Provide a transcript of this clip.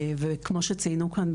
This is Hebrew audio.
וכמו שציינו כאן,